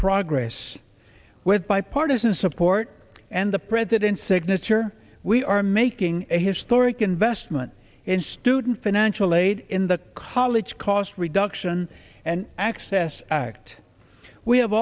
progress with bipartisan support and the president's signature we are making a historic investment in student financial aid in the college cost reduction and access act we have